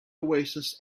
oasis